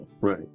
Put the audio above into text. Right